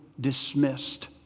dismissed